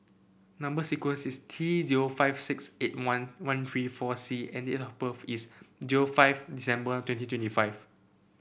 number sequence is T zero five six eight one one three four C and date of birth is zero five December twenty twenty five